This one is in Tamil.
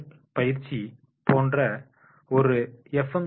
எல் பயிற்சி போன்ற ஒரு எஃப்